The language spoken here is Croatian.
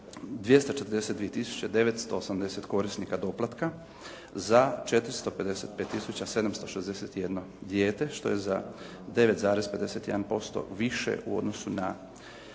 980 korisnika doplatka za 455 tisuća 761 dijete što je za 9,51% više u odnosu na